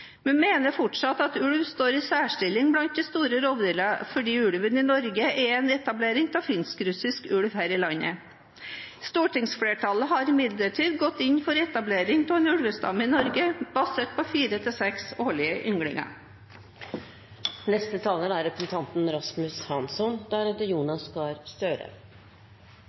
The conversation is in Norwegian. Vi mener fortsatt at ulv står i en særstilling blant de store rovdyrene, fordi ulven i Norge er en etablering av finsk-russisk ulv her i landet. Stortingsflertallet har imidlertid gått inn for etablering av en ulvestamme i Norge basert på fire–seks årlige ynglinger. Kjerneproblemet i denne saken er